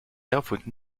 erfunden